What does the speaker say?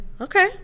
okay